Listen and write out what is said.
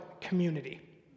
community